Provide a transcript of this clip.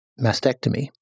mastectomy